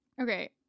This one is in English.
Okay